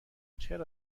چرا